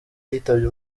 yitabye